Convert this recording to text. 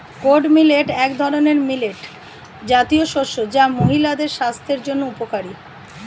kodo millet এক ধরনের millet জাতীয় শস্য যা মহিলাদের স্বাস্থ্যের জন্য উপকারী